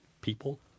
people